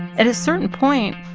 at a certain point,